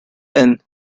inn